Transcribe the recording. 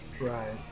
Right